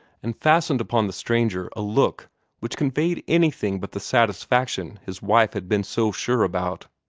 and fastened upon the stranger a look which conveyed anything but the satisfaction his wife had been so sure about.